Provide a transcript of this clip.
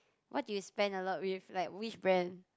what do you spend a lot with like which brand